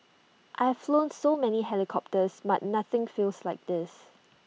I have flown so many helicopters but nothing feels like this